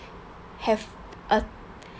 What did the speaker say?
have a